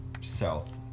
south